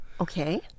Okay